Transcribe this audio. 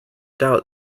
doubt